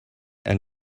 and